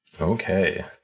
Okay